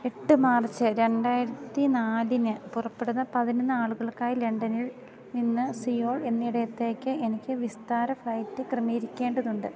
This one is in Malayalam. എട്ട് മാർച്ച് രണ്ടായിരത്തി നാലിന് പുറപ്പെടുന്ന പതിനൊന്ന് ആളുകൾക്കായി ലണ്ടനിൽ നിന്ന് സിയോൾ എന്നിടത്തേക്ക് എനിക്ക് വിസ്താര ഫ്ലൈറ്റ് ക്രമീകരിക്കേണ്ടതുണ്ട്